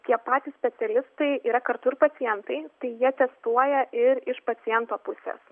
tie patys specialistai yra kartu ir pacientai tai jie testuoja ir iš paciento pusės